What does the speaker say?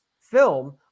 film